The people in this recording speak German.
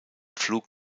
flug